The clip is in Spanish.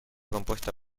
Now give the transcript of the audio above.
compuesta